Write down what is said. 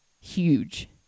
huge